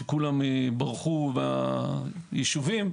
שכולם ברחו מהישובים.